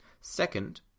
Second